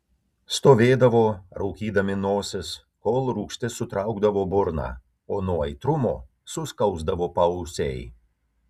stovėdavo raukydami nosis kol rūgštis sutraukdavo burną o nuo aitrumo suskausdavo paausiai